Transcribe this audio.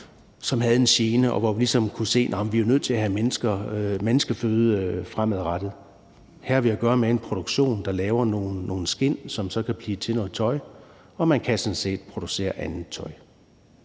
som havde en gene, men hvor vi kunne se, at vi er nødt til at have menneskeføde fremadrettet. Her har vi at gøre med en produktion, der laver nogle skind, som så kan blive til noget tøj, og man kan jo sådan set producere andet tøj.